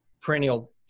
perennial